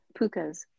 pukas